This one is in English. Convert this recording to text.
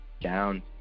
down